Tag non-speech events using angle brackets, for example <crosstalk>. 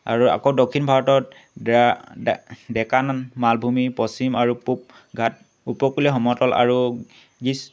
আৰু আকৌ দক্ষিণ ভাৰতত <unintelligible> ডেকানান মালভূমি পশ্চিম আৰু পূবঘাট উপকূলীয়া সমতল আৰু গ্ৰীষ্ম